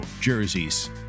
jerseys